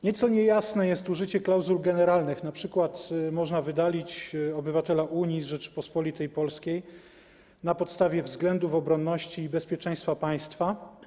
Nieco niejasne jest użycie klauzul generalnych, np.: można wydalić obywatela Unii z Rzeczypospolitej Polskiej na podstawie względów obronności i bezpieczeństwa państwa.